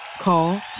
Call